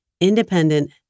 independent